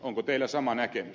onko teillä sama näkemys